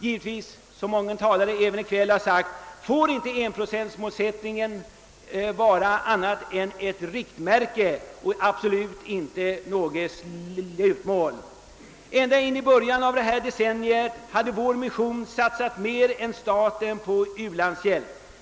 Givetvis får inte, som många talare framhållit i kväll, enprocentmålsättningen vara något annat än ett riktmärke och absolut inget slutmål. Ända in i början av detta decennium hade vår mission satsat mer än staten på u-landshjälp.